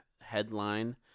headline